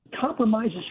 compromises